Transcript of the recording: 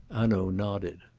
hanaud nodded.